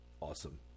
awesome